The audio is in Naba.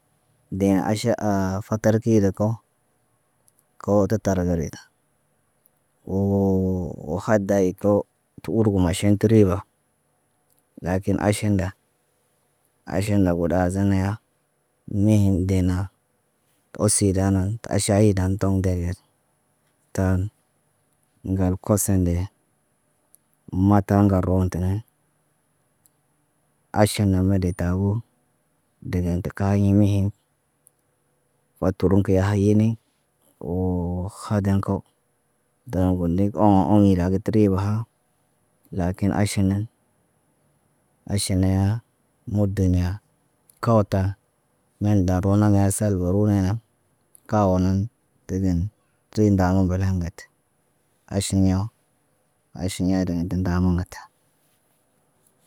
Geen aʃa, fatar kilo ko, koo tə tar gerida. Woo khade yeko ta udugu maaʃin ti riba. Lakin aʃin ɗa, aʃin labu ɗazin ya, mihim de na, to o sida nan tə ʃahadan toŋg deyel. Taan ŋgal koson nde, mata ŋgar rootinẽ aʃin ne mo de taboo, degen tə kahin mihim. Faturəm kə hayini woo khadan ko. Dooŋg bon ni oŋgo oŋgo yagi təribə ha. Lakin aʃe naŋg, aʃeniya, mudeniya kawarta. Men daro naŋg ya sel baru naaniya, kaw naan tiden təri ndawo balan ndatə, aʃeɲaw. Aʃe ɲadə ndə ndamun ŋgata.